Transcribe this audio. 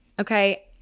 Okay